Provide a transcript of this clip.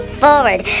forward